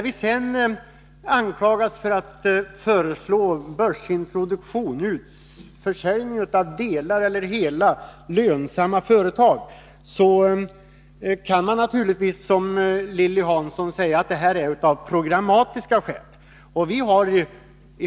Vi anklagas också för att föreslå börsintroduktion och utförsäljning av hela eller delar av lönsamma företag. Man kan naturligtvis, som Lilly Hansson gör, säga att detta är av programmatiska skäl.